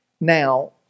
now